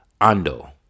Ando